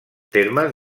termes